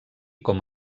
com